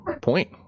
point